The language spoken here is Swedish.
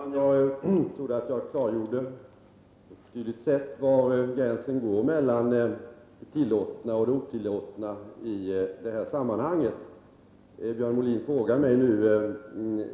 Herr talman! Jag trodde att jag hade klargjort på ett tydligt sätt var gränsen går mellan tillåtet och otillåtet i detta sammanhang. Björn Molin frågar mig nu